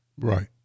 right